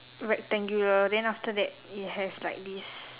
rectangular then after that it has like this